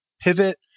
pivot